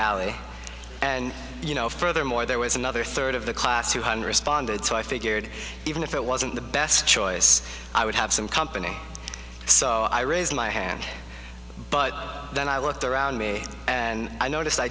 alley and you know furthermore there was another third of the class two hundred standards so i figured even if it wasn't the best choice i would have some company so i raised my hand but then i looked around me and i noticed i